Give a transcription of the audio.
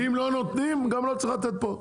אם לא נותנים, גם לא צריך לתת פה.